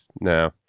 No